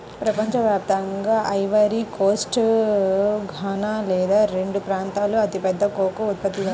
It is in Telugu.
ప్రపంచ వ్యాప్తంగా ఐవరీ కోస్ట్, ఘనా అనే రెండు ప్రాంతాలూ అతిపెద్ద కోకో ఉత్పత్తిదారులు